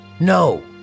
No